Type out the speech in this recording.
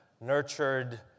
nurtured